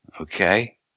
okay